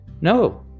No